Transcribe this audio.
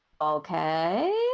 Okay